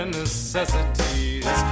necessities